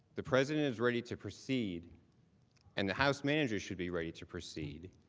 the president is ready to proceed and the house manager should be ready to proceed